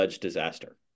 disaster